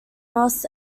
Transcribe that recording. moss